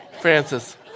Francis